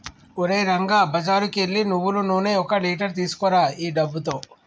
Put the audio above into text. ఓరే రంగా బజారుకు ఎల్లి నువ్వులు నూనె ఒక లీటర్ తీసుకురా ఈ డబ్బుతో